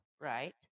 Right